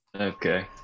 okay